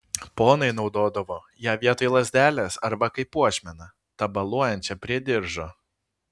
ponai naudodavo ją vietoj lazdelės arba kaip puošmeną tabaluojančią prie diržo